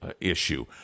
Issue